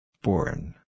Born